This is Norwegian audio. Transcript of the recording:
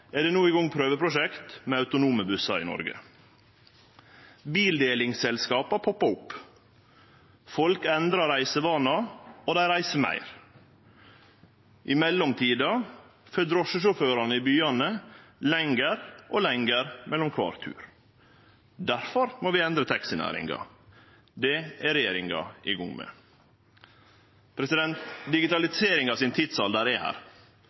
er det no i gang prøveprosjekt med autonome bussar i Noreg. Bildelingsselskapa poppar opp, folk endrar reisevaner, og dei reiser meir. I mellomtida går det lengre og lengre tid mellom kvar tur drosjesjåførane i byane får. Difor må vi endre taxinæringa. Det er regjeringa i gang med. Den digitaliserte tidsalderen er her.